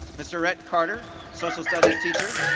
mr. rhett carter, social studies teacher.